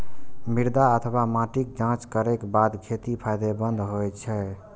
मृदा अथवा माटिक जांच करैक बाद खेती फायदेमंद होइ छै